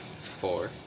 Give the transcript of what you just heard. Four